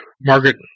Margaret